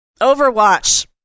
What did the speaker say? Overwatch